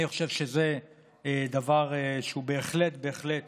אני חושב שזה דבר שהוא בהחלט בהחלט